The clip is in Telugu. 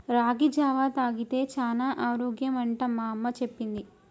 రాగి జావా తాగితే చానా ఆరోగ్యం అంట మా అమ్మ చెప్పింది